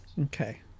Okay